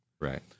Right